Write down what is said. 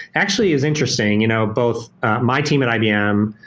actually, it's interesting, you know both my team at ibm,